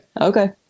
Okay